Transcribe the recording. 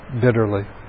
bitterly